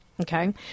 Okay